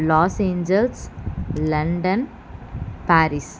Los Angeles London Paris